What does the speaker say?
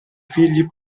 figli